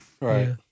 Right